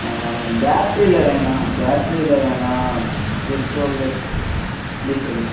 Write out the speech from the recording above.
ஆ பேட்ரியில் வேணாம் பேட்ரியில் வேணாம் பெட்ரோல்லேயே பா டீசல்